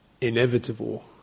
inevitable